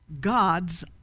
God's